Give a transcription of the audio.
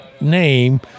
name